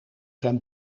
zijn